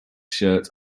shirt